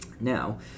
Now